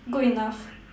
good enough